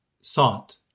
sought